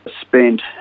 spent